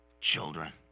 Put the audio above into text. children